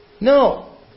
No